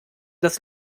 das